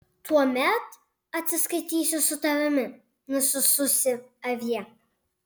tuomet atsiskaitysiu su tavimi nusususi avie